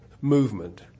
movement